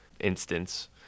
instance